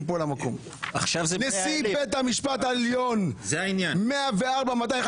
למקום: נשיא בית המשפט העליון 104,256,